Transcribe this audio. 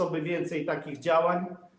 Oby więcej takich działań.